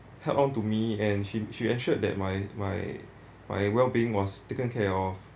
held onto me and she she ensured that my my my well being was taken care of